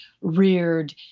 reared